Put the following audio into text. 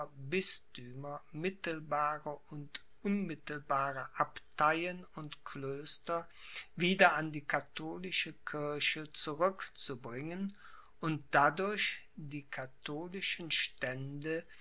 bisthümer mittelbare und unmittelbare abteien und klöster wieder an die katholische kirche zurückzubringen und dadurch die katholischen stände